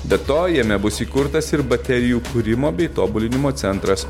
be to jame bus įkurtas ir baterijų kūrimo bei tobulinimo centras